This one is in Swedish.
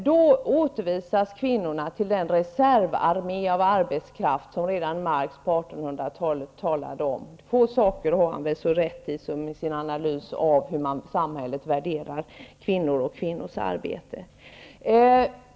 Då återförvisas kvinnorna till den reservarmé av arbetskraft som redan Marx på 1800-talet talade om -- få saker hade han väl så rätt i som sin analys av hur samhället värderar kvinnor och kvinnors arbete.